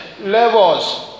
levels